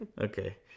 okay